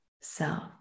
self